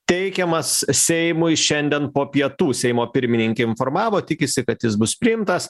teikiamas seimui šiandien po pietų seimo pirmininkė informavo tikisi kad jis bus priimtas